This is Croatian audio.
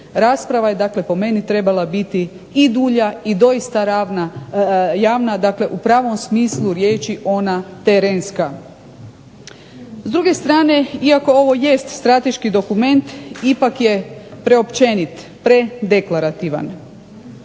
Rasprava je dakle po meni trebala biti i dulja i doista javna, dakle u pravom smislu riječi ona terenska. S druge strane, iako ovo jest strateški dokument ipak je preopćenit, predeklarativan